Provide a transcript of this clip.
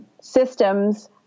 Systems